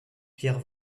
pierre